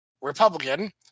Republican